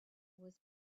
was